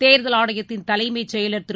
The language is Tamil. தேர்தல் ஆணையத்தின் தலைமைச் செயலர் திரு